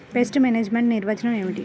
Pest management నిర్వచనం ఏమిటి?